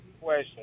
question